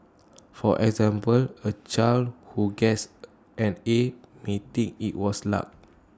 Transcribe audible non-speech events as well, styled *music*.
for example A child who gets *hesitation* an A may think IT was luck